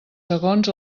segons